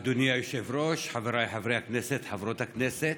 אדוני היושב-ראש, חבריי חברי הכנסת, חברות הכנסת,